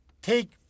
Take